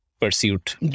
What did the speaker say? pursuit